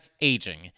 aging